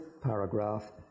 paragraph